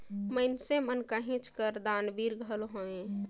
मइनसे मन कहेच कर दानबीर घलो हवें